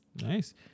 nice